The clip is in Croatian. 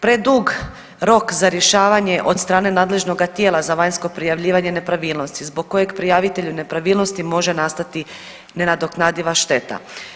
Predug rok za rješavanje od strane nadležnoga tijela za vanjsko prijavljivanje nepravilnosti zbog kojeg prijavitelju nepravilnosti može nastati nenadoknadiva šteta.